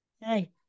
Hey